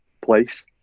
place